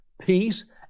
peace